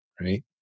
right